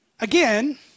Again